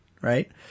right